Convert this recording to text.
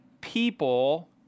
people